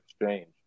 exchange